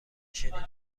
شنیدن